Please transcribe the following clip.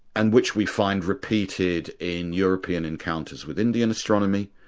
and which we find repeated in european encounters with indian astronomy,